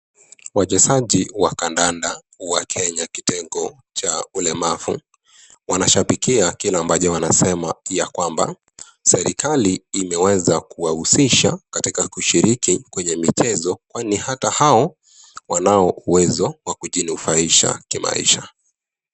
Wachezaji wa kandanda wa Kenya kitengo cha ulemavu wanashambikia kile ambacho wanasema ya kwamba serikali imeweza kuwahusisha katika kushiriki kwenye michezo kwani ata hao wanao uwezo wa kujinufaisha kimaisha.